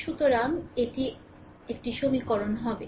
সুতরাং এটি এক সমীকরণ হবে